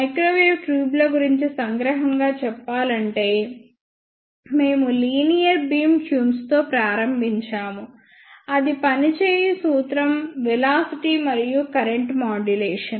microwave tubes ల గురించి సంగ్రహంగా చెప్పాలంటే మేము లీనియర్ బీమ్ ట్యూబ్స్ తో ప్రారంభించాము అది పని చేయు సూత్రం వెలాసిటీ మరియు కరెంట్ మాడ్యులేషన్